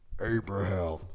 Abraham